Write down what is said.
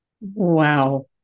Wow